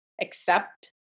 accept